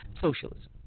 socialism